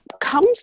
comes